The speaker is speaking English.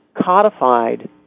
codified